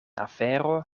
afero